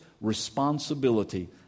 responsibility